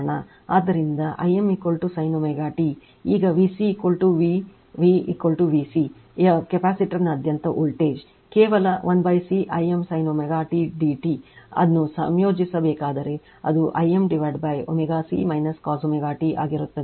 ಆದ್ದರಿಂದ I m sin ω t ಈಗ VC V V VC ಯ ಕೆಪಾಸಿಟರ್ನಾದ್ಯಂತ ವೋಲ್ಟೇಜ್ ಕೇವಲ 1 C I m sin ω t dt ಅನ್ನು ಸಂಯೋಜಿಸಬೇಕಾಗಿದ್ದರೆ ಅದು I m ω C cos ω t ಆಗಿರುತ್ತದೆ